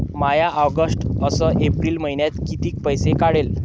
म्या ऑगस्ट अस एप्रिल मइन्यात कितीक पैसे काढले?